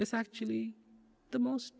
it's actually the most